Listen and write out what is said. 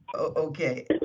okay